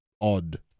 odd